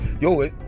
Yo